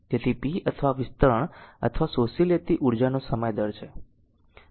તેથી p અથવા વિસ્તરણ અથવા શોષી લેતી ઉર્જાનો સમય દર છે